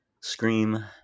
Scream